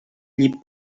llit